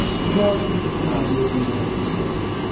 as well as persistent ideas and relationships.